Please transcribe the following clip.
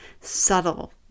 subtle